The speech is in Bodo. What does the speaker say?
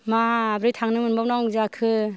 माबोरै थांनो मोनबावनांगौ जाखो